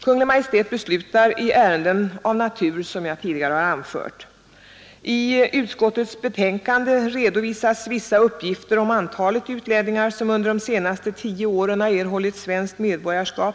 Kungl. Maj:t beslutar i ärenden av natur som jag tidigare anfört. I utskottets betänkande redovisas vissa uppgifter om antalet utlänningar som under de senaste tio åren erhållit svenskt medborgarskap.